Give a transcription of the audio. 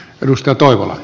arvoisa puhemies